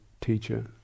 teacher